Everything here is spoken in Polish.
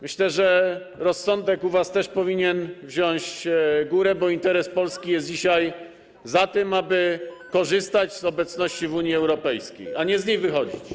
Myślę, że rozsądek u was też powinien wziąć górę, bo w interesie Polski leży dzisiaj to, aby korzystać z obecności w Unii Europejskiej, a nie to, żeby z niej wychodzić.